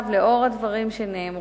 לאור הדברים שאמר